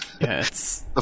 yes